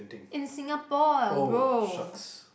in Singapore ah bro